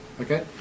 okay